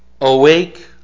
Awake